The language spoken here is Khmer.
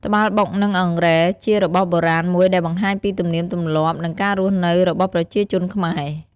ត្បាល់បុក និងអង្រែជារបស់បុរាណមួយដែលបង្ហាញពីទំនៀមទំលាប់ និងការរស់នៅរបស់ប្រជាជនខ្មែរ។